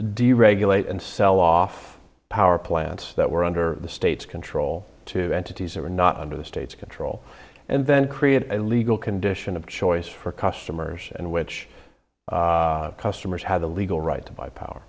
deregulate and sell off power plants that were under the state's control two entities that are not under the state's control and then create a legal condition of choice for customers and which customers have the legal right to buy power